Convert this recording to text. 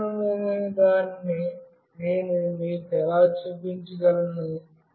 సురక్షితమైనదాన్ని నేను మీకు ఎలా చూపించగలను